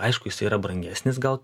aišku jis yra brangesnis gal